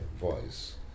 voice